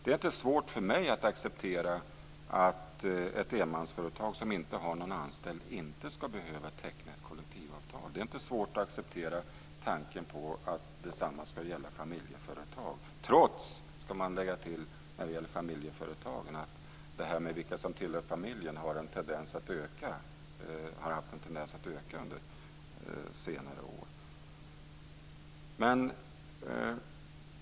Det är inte svårt för mig att acceptera att ett enmansföretag som inte har någon anställd inte ska behöva teckna ett kollektivavtal. Och det är inte svårt att acceptera tanken att detsamma ska gälla familjeföretag. När det gäller familjeföretagen ska man dock lägga till att det här med vilka som tillhör familjen har haft en tendens att öka under senare år.